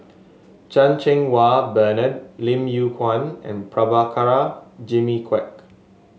Chan Cheng Wah Bernard Lim Yew Kuan and Prabhakara Jimmy Quek